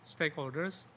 stakeholders